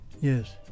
Yes